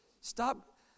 Stop